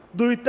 do it there,